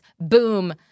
boom